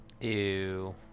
Ew